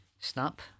Snap